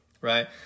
right